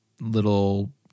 little